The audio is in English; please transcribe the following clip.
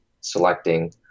selecting